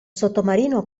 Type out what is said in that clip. sottomarino